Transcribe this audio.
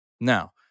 Now